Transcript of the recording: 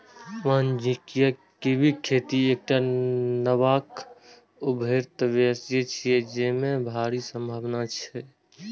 वाणिज्यिक कीवीक खेती एकटा नबका उभरैत व्यवसाय छियै, जेमे भारी संभावना छै